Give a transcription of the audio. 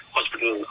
hospital